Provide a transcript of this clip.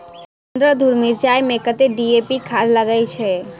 पन्द्रह धूर मिर्चाई मे कत्ते डी.ए.पी खाद लगय छै?